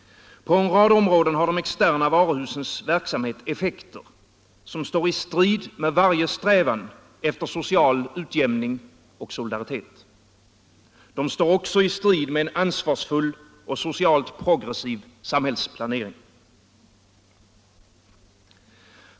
På en rad områden har de externa varuhusens verksamhet effekter som står i strid med varje strävan efter social utjämning och solidaritet. De står också i strid med en ansvarsfull och socialt progressiv samhällsplanering.